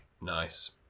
Nice